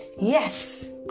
Yes